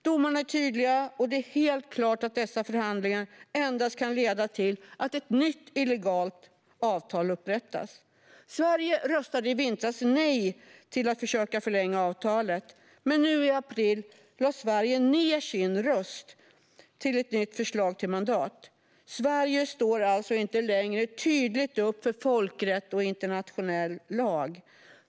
Domarna är tydliga, och det är helt klart att dessa förhandlingar endast kan leda till att ett nytt illegalt avtal upprättas. Sverige röstade i vintras nej till att försöka förlänga avtalet. Men nu i april lade Sverige ned sin röst när det gäller ett nytt förslag till mandat. Sverige står alltså inte längre tydligt upp för folkrätt och internationell lag.